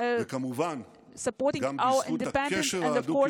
וכמובן גם בזכות הקשר ההדוק עם ארצות הברית,